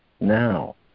now